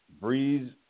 Breeze